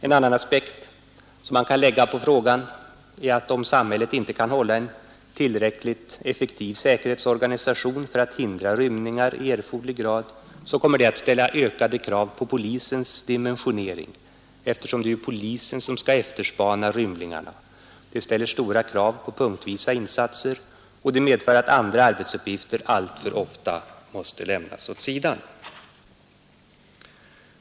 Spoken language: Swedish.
En annan aspekt som kan läggas på frågan är att om samhället inte kan hålla en tillräckligt effektiv säkerhetsorganisation för att hindra rymningar i erforderlig grad så kommer det att ställa ökade krav på polisens dimensionering. Rymningarna ställer stora krav på punktvisa insater och det medför att andra uppgifter alltför ofta måste lämnas åt sidan.